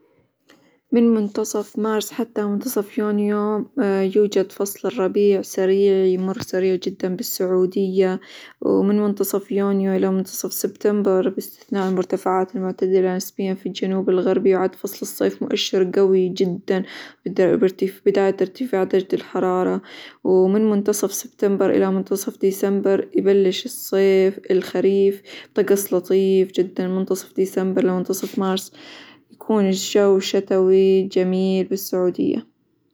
من منتصف مارس حتى منتصف يونيو يوجد فصل الربيع سريع يمر سريع جدًا بالسعودية، ومن منتصف يونيو إلى منتصف سبتمبر بإستثناء المرتفعات المعتدلة نسبيًا في الجنوب الغربي يعد فصل الصيف مؤشر قوي جدًا -بارتف- بداية ارتفاع درجة الحرارة، ومن منتصف سبتمبر إلى منتصف ديسمبر يبلش -الصيف- الخريف طقس لطيف جدًا، منتصف ديسمبر لمنتصف مارس يكون الجو شتوي جميل بالسعودية.